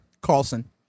Carlson